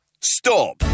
Stop